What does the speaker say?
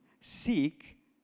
Seek